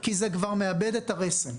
כי זה כבר מאבד את הרסן.